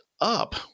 up